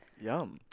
Yum